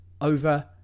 over